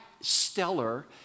stellar